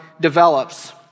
develops